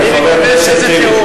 תתחיל לסכם.